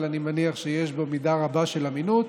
אבל אני מניח שיש בו מידה רבה של אמינות,